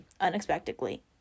unexpectedly